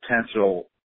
potential